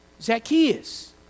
Zacchaeus